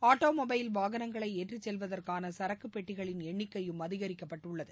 automobile வாகனங்களை ஏற்றிச் செல்வதற்கான சரக்குப் பெட்டிகளின் எண்ணிக்கையும் அதிகரிக்கப்பட்டுள்ளது